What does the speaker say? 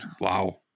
Wow